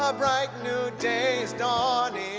ah bright new day is dawning